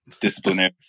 Disciplinary